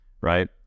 right